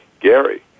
Gary